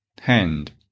Hand